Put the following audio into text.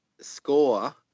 score